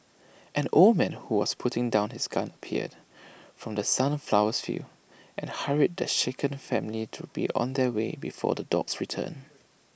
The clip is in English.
an old man who was putting down his gun appeared from the sunflower fields and hurried the shaken family to be on their way before the dogs return